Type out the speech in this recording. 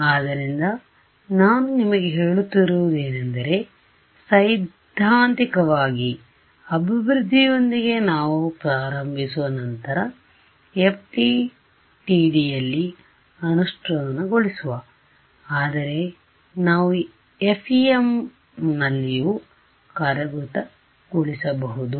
ಆದ್ದರಿಂದ ನಾನು ನಿಮಗೆ ಹೇಳುತ್ತಿರುವುದೇನೆಂದರೆ ಸೈದ್ಧಾಂತಿಕ ಅಭಿವೃದ್ಧಿಯೊಂದಿಗೆ ನಾವು ಪ್ರಾರಂಭಿಸುವ ನಂತರ FDTDಯಲ್ಲಿ ಅನುಷ್ಠಾನಗೊಳಿಸುವ ಆದರೆ ನಾವು FEM ನಲ್ಲಿಯೂ ಕಾರ್ಯಗತಗೊಳಿಸಬಹುದು